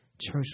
church